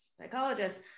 psychologist